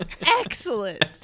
excellent